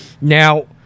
Now